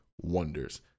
wonders